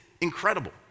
incredible